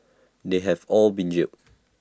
they have all been jailed